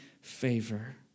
favor